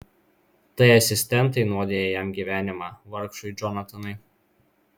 tai asistentai nuodija jam gyvenimą vargšui džonatanui